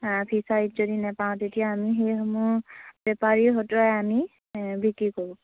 ফিচাৰীত যদি নেপাওঁ তেতিয়া আমি সেইসমূহ বেপাৰী হতুৱাই আমি বিক্ৰী কৰোঁ